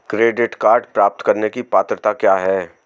Credit card प्राप्त करने की पात्रता क्या है?